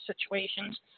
situations